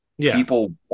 people